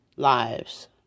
lives